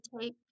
take